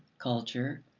culture,